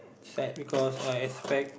sad because I expect